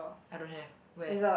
I don't have where